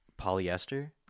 Polyester